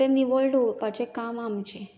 तें निवळ दवरपाचे काम आमचे